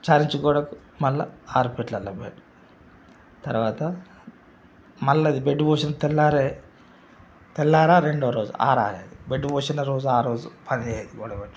చార్ inch గోడకు మళ్ళా ఆరు ఫీట్లలో బెడ్ తర్వాత మళ్ళా అది బెడ్డు పోసిన తెల్లారే తెల్లార రెండో రోజు ఆరాలి బెడ్డు పోసిన రోజు రోజు అదే గోడ కట్టి